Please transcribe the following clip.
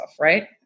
Right